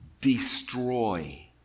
destroy